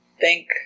thank